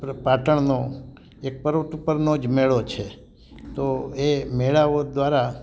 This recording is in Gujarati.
પાટણનો એક પર્વત ઉપરનો જ મેળો છે તો એ મેળાઓ દ્વારા